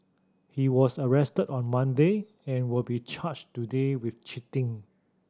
he was arrested on Monday and will be charged today with cheating